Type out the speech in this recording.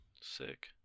Sick